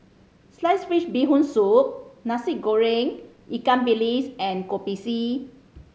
slice fish Bee Hoon Soup Nasi Goreng ikan bilis and Kopi C